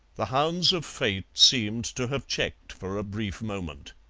the hounds of fate seemed to have checked for a brief moment.